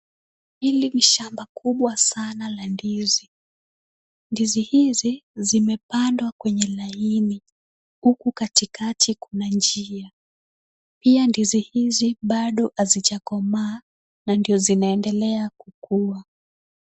Hili ni shamba kubwa sana la ndizi. Ndizi hizi zimepandwa kwenye laini huku katikati kuna njia. Pia ndizi hizi bado hazijakomaa na ndio zinaendelea kukua.